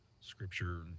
scripture